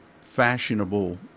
fashionable